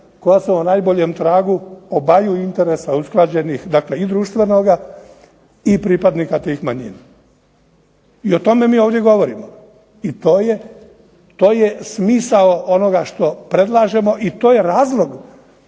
koja su na najboljem tragu obaju interesa usklađenih, dakle i društvenoga i pripadnika tih manjina. I o tome mi ovdje govorimo i to je smisao onoga što predlažemo i to je razlog